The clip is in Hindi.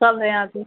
सब है यहाँ पर